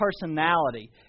personality